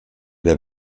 der